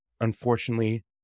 unfortunately